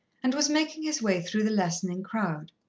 and was making his way through the lessening crowd.